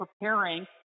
preparing